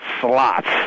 slots